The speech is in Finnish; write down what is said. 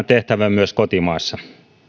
tehtävä myös kotimaassa